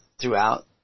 throughout